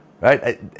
right